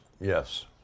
yes